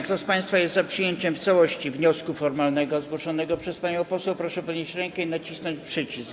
Kto z państwa jest za przyjęciem w całości wniosku formalnego zgłoszonego przez panią poseł, proszę podnieść rękę i nacisnąć przycisk.